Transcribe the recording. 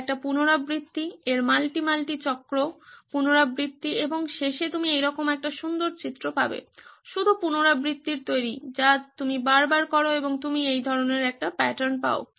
এটি একটি পুনরাবৃত্তি এর মাল্টি মাল্টি চক্র পুনরাবৃত্তি এবং শেষে তুমি এইরকম একটি সুন্দর চিত্র পাবে শুধু পুনরাবৃত্তির তৈরি যা তুমি বারবার করো এবং তুমি এই ধরনের একটি প্যাটার্ন পাও